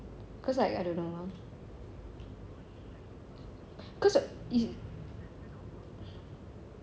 cause like I don't know lah cause if